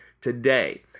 today